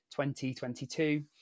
2022